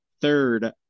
third